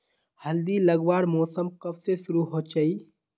हल्दी लगवार मौसम कब से शुरू होचए?